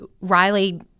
Riley